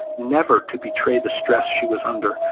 never to betray the stress she was under,